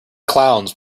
clowns